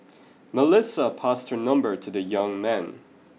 Melissa passed her number to the young man